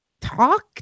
talk